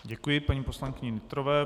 Děkuji paní poslankyni Nytrové.